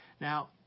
Now